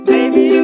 Baby